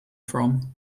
from